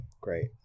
great